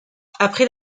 après